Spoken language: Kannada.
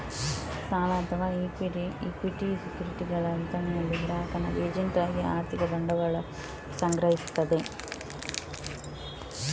ಸಾಲ ಅಥವಾ ಇಕ್ವಿಟಿ ಸೆಕ್ಯುರಿಟಿಗಳ ವಿತರಣೆಯಲ್ಲಿ ಗ್ರಾಹಕನ ಏಜೆಂಟ್ ಆಗಿ ಆರ್ಥಿಕ ಬಂಡವಾಳ ಸಂಗ್ರಹಿಸ್ತದೆ